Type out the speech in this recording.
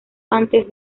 antes